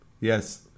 Yes